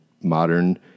modern